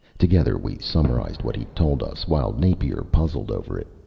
together, we summarized what he'd told us, while napier puzzled over it.